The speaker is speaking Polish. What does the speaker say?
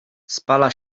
spala